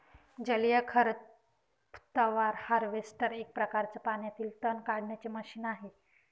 जलीय खरपतवार हार्वेस्टर एक प्रकारच पाण्यातील तण काढण्याचे मशीन आहे